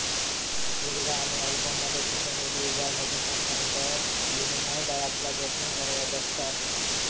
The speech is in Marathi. दीर्घ आणि अल्प मुदतीचो निधी उभारण्याच्यो संबंधात विनिमय दरातला जोखीम सर्वात जास्त असता